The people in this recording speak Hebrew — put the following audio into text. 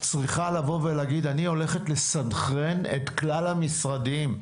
צריכה להגיד: אני הולכת לסנכרן את כלל המשרדים,